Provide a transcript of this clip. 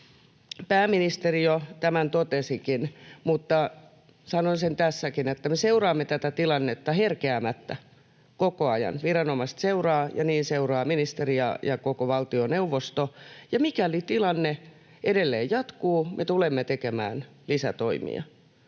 pääministeri jo tämän totesikin, mutta sanon sen tässäkin, että me seuraamme tätä tilannetta herkeämättä, koko ajan. Viranomaiset seuraavat, ja niin seuraavat myös ministeri ja koko valtioneuvosto. Ja mikäli tilanne edelleen jatkuu, me tulemme tekemään lisätoimia.